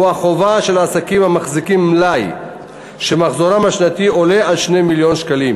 החובה של עסקים המחזיקים מלאי שמחזורם השנתי עולה על 2 מיליוני שקלים,